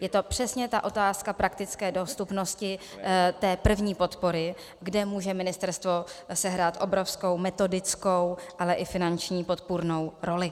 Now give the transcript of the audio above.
Je to přesně ta otázka praktické dostupnosti té první podpory, kde může ministerstvo sehrát obrovskou metodickou, ale i finanční podpůrnou roli.